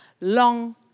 long